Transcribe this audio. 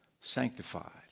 sanctified